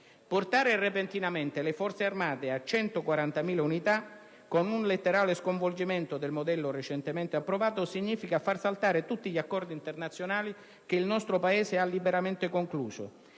Portare repentinamente le Forze armate a 140.000 unità, con un letterale sconvolgimento del modello recentemente approvato, significa far saltare tutti gli accordi internazionali che il nostro Paese ha liberamente concluso,